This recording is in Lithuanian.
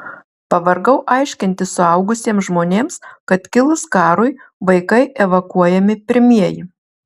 pavargau aiškinti suaugusiems žmonėms kad kilus karui vaikai evakuojami pirmieji